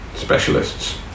specialists